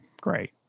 great